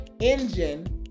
engine